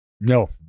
No